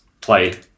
play